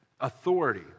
authority